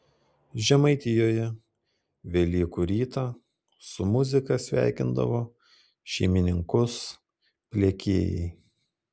žemaitijoje velykų rytą su muzika sveikindavo šeimininkus pliekėjai